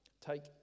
Take